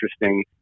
interesting